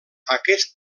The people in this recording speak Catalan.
aquest